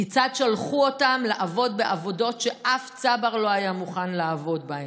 כיצד שלחו אותם לעבוד בעבודות שאף צבר לא היה מוכן לעבוד בהן,